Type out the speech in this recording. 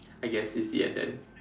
I guess it's the end then